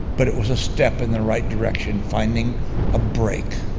but it was a step in the right direction finding a break,